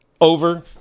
over